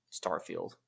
Starfield